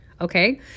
okay